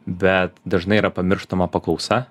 bet dažnai yra pamirštama paklausa